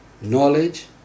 knowledge